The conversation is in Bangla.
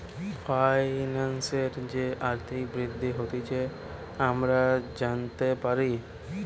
ফাইন্যান্সের যে আর্থিক বৃদ্ধি হতিছে আমরা জানতে পারি